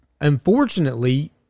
unfortunately